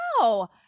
wow